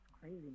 crazy